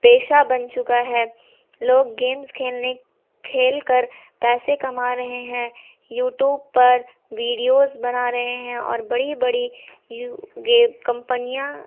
پیشہ بن چکا ہے لوگ گیمز کھیلنے کھیل کر پیسے کما رہے ہیں یوٹوب پر ویڈیوز بنا رہے ہیں اور بڑی بڑی کمپنیاں